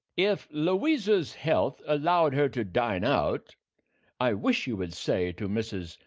if louisa's health allowed her to dine out i wish you would say to mrs.